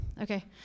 Okay